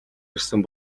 ирсэн